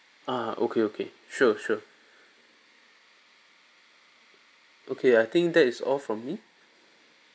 ah okay okay sure sure okay I think that is all from me